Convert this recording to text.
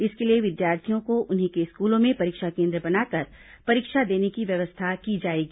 इसके लिए विद्यार्थियों को उन्हीं के स्कूलों में परीक्षा केन्द्र बनाकर परीक्षा देने की व्यवस्था की जाएगी